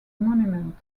monument